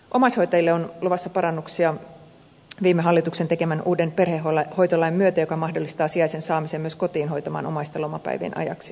omaishoitajille on luvassa parannuksia viime hallituksen tekemän uuden perhehoitolain myötä joka mahdollistaa sijaisen saamisen myös kotiin hoitamaan omaista lomapäivien ajaksi